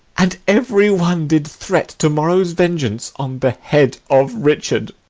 and every one did threat to-morrow's vengeance on the head of richard.